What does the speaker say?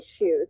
issues